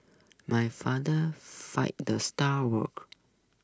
my father fired the star worker